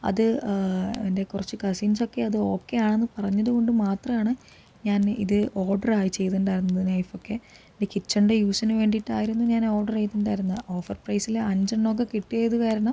അത് എൻ്റെ കുറച്ച് കസിൻസ് ഒക്കെ അത് ഓക്കെ ആണെന്ന് പറഞ്ഞത് കൊണ്ടു മാത്രമാണ് ഞാൻ ഇത് ഓർഡർ ചെയ്തിട്ടുണ്ടായിരുന്നത് നൈഫ് ഒക്കെ എൻ്റെ കിച്ചൻ്റെ യൂസിനു വേണ്ടീട്ടായിരുന്നു ഞാൻ ഓർഡർ ചെയ്തിട്ടുണ്ടായിരുന്നത് ഓഫർ പ്രൈസിൽ അഞ്ചെണ്ണമൊക്കെ കിട്ടിയത് കാരണം